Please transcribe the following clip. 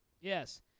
yes